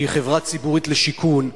שהיא חברה ציבורית לשיכון.